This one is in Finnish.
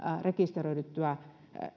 rekisteröitymään